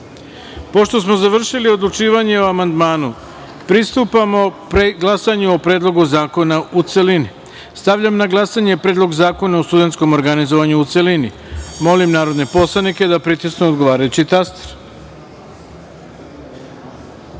smo završili odlučivanje o amandmanu, pristupamo glasanju o Predlogu zakona, u celini. Stavljam na glasanje Predlog zakona o studentskom organizovanju, u celini. Molim narodne poslanike da pritisnu odgovarajući